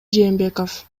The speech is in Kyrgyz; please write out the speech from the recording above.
жээнбеков